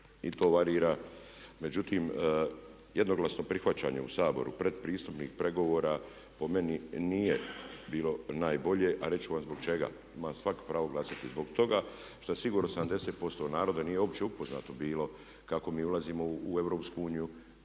I to varira. Međutim, jednoglasno prihvaćanje u Saboru pretpristupnih pregovora po meni nije bilo najbolje, a reći ću vam i zbog čega. Ima svatko pravo glasati. Zbog toga što sigurno da 70% naroda nije uopće upoznato bilo kako mi ulazimo u EU, da li